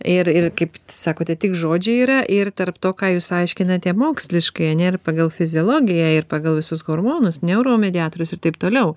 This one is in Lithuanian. ir ir kaip sakote tik žodžiai yra ir tarp to ką jūs aiškinate moksliškai ane ir pagal fiziologiją ir pagal visus hormonus neuronų mediatorius ir taip toliau